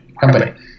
company